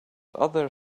other